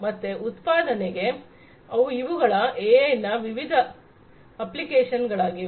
ಮತ್ತೆ ಉತ್ಪಾದನೆಯಲ್ಲಿ ಇವುಗಳು ಎಐನ ವಿವಿಧ ಅಪ್ಲಿಕೇಶನ್ ಗಳಾಗಿವೆ